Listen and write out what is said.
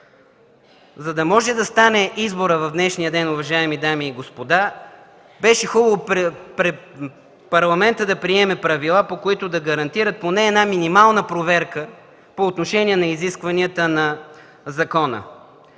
За да може да стане изборът в днешния ден, уважаеми дами и господа, беше хубаво Парламентът да приеме правила, по които да гарантира поне една минимална проверка по отношение на изискванията на закона.